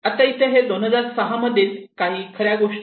आता इथे हे 2006 मधले काही खऱ्या गोष्टी आहेत